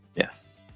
yes